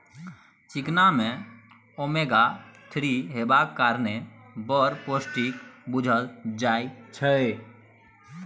चिकना मे omega three हेबाक कारणेँ बड़ पौष्टिक बुझल जाइ छै